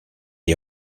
est